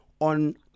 on